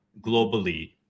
globally